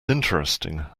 interesting